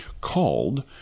called